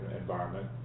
environment